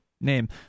name